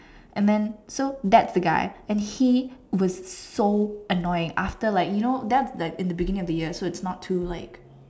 and then so that's the guy and he was so annoying after like you know that's like in the beginning of the year so it's not too like